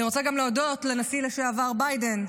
אני רוצה גם להודות לנשיא לשעבר ביידן,